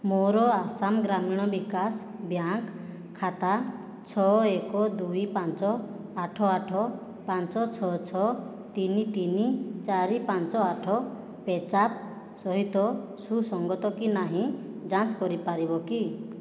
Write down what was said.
ମୋର ଆସାମ ଗ୍ରାମୀଣ ବିକାଶ ବ୍ୟାଙ୍କ ଖାତା ଛଅ ଏକ ଦୁଇ ପାଞ୍ଚ ଆଠ ଆଠ ପାଞ୍ଚ ଛଅ ଛଅ ତିନି ତିନି ଚାରି ପାଞ୍ଚ ଆଠ ପେ ଜାପ୍ ସହିତ ସୁସଙ୍ଗତ କି ନାହିଁ ଯାଞ୍ଚ କରିପାରିବ କି